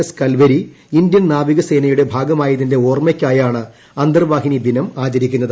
S Kalvari Indian നാവിക സേനയുടെ ഭാഗമായതിന്റെ ഓർമ്മയ്ക്കായാണ് അന്തർവാഹിനി ദിനം ആചരിക്കുന്നത്